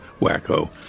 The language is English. wacko